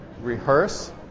rehearse